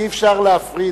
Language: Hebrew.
אי-אפשר להפריד,